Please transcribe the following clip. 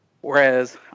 Whereas